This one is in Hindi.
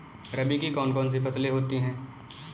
रबी की कौन कौन सी फसलें होती हैं?